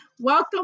welcome